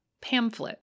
pamphlet